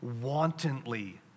wantonly